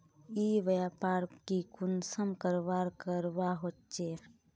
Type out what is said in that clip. ई व्यापार की कुंसम करवार करवा होचे?